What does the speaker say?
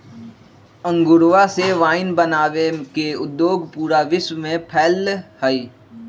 अंगूरवा से वाइन बनावे के उद्योग पूरा विश्व में फैल्ल हई